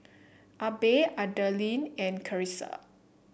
Abe Adalyn and Carissa